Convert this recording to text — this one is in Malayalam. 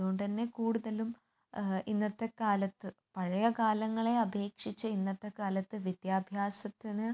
അതുകൊണ്ട് തന്നെ കൂടുതലും ഇന്നത്തെ കാലത്ത് പഴയകാലങ്ങളെ അപേക്ഷിച്ച് ഇന്നത്തെ കാലത്ത് വിദ്യാഭ്യാസത്തിന്